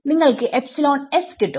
നിങ്ങൾക്ക് കിട്ടും